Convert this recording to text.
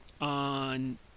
on